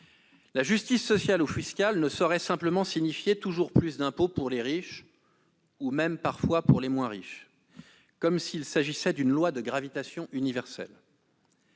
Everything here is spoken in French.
La justice sociale ou fiscale ne saurait simplement signifier toujours plus d'impôt pour les riches, et même, parfois, pour les moins riches, comme s'il s'agissait d'une loi analogue à la